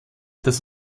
das